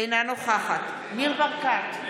אינה נוכחת ניר ברקת,